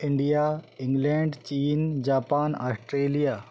India England चीन Japan Australia